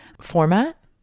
format